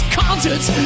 concerts